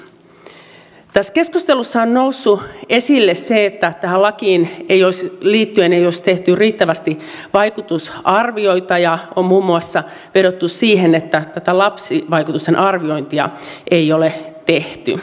tässä keskustelussa on noussut esille se että tähän lakiin liittyen ei olisi tehty riittävästi vaikutusarvioita ja on muun muassa vedottu siihen että tätä lapsivaikutusten arviointia ei ole tehty